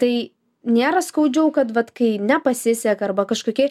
tai nėra skaudžiau kad vat kai nepasiseka arba kažkokie